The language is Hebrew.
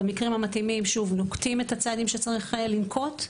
במקרים המתאימים נוקטים את הצעדים שצריכים לנקוט,